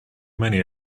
many